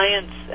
science